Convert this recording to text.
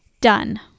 done